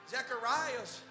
Zechariah's